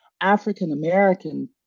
African-American